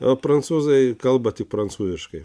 o prancūzai kalba tik prancūziškai